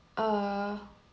err